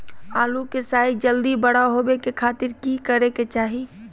आलू के साइज जल्दी बड़ा होबे के खातिर की करे के चाही?